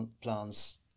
plans